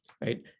right